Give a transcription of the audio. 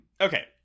Okay